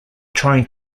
trying